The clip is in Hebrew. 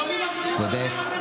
אבל אם אתם לא מכבדים אז כולם יעלו.